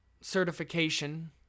certification